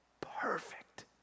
perfect